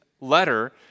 letter